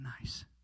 nice